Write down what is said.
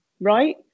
right